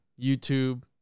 youtube